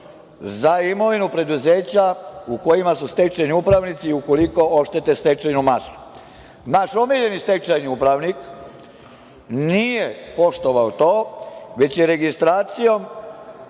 za imovinu preduzeća u kojima su stečajni upravnici ukoliko oštete stečajnu masu. Naš omiljeni stečajni upravnik nije poštovao to, već je registracijom